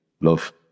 love